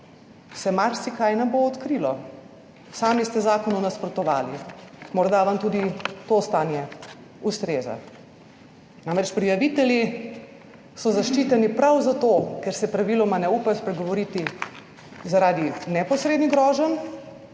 se marsikaj ne bo odkrilo. Sami ste zakonu nasprotovali, morda vam tudi to stanje ustreza. Namreč, prijavitelji so zaščiteni prav zato, ker se praviloma ne upajo spregovoriti zaradi 40. TRAK: